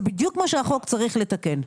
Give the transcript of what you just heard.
זה בדיוק מה שהחוק צריך לתקן,